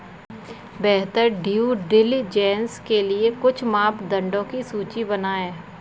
बेहतर due diligence के लिए कुछ मापदंडों की सूची बनाएं?